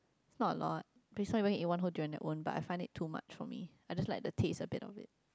not a lot please eat one whole durian at one bite I find it too much for me I just like the taste a bit of it